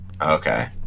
Okay